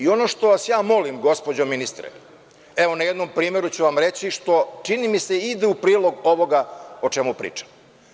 Ono što vas ja molim, gospođo ministre, evo na jednom primeru ću vam reći što, čini mi se, ide u prilog ovoga o čemu pričam.